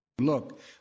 Look